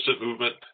movement